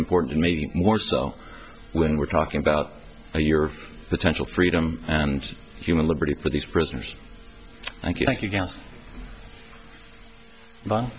important maybe more so when we're talking about your potential freedom and human liberty for these prisoners thank you thank you